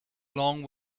long